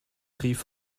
rief